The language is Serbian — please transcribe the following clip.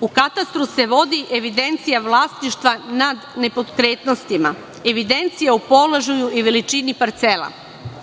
U katastru se vodi evidencija vlasništva nad nepokretnostima, evidencija o položaju i veličini parcela.